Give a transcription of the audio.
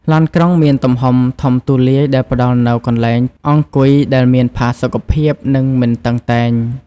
ឡានក្រុងមានទំហំធំទូលាយដែលផ្តល់នូវកន្លែងអង្គុយដែលមានផាសុកភាពនិងមិនតឹងតែង។